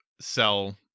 sell